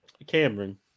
Cameron